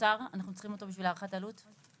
צריכים אותו בשביל הערכת עלות.